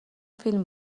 فیلم